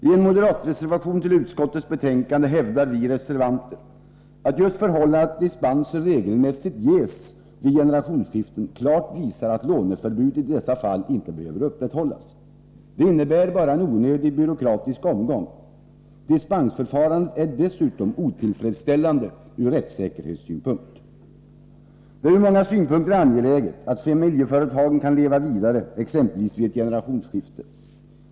I moderatreservationen till utskottets hemställan hävdar vi reservanter att just förhållandet att dispenser regelmässigt ges vid generationsskiften klart visar att låneförbud i dessa fall inte behöver upprätthållas. Det innebär bara en onödig byråkratisk omgång. Dispensförfarandet är dessutom otillfredsställande från rättsäkerhetssynpunkt. Det är från många synpunkter angeläget att familjeföretagen kan leva vidare, exempelvis efter ett generationsskifte.